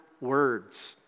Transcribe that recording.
words